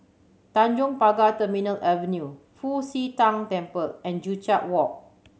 Tanjong Pagar Terminal Avenue Fu Xi Tang Temple and Joo Chiat Walk